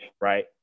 right